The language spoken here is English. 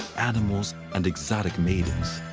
animals, and exotic maidens.